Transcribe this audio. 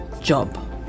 job